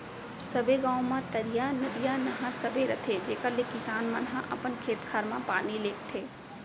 सबे गॉंव म तरिया, नदिया, नहर सबे रथे जेकर ले किसान मन ह अपन खेत खार म पानी लेगथें